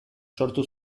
sortu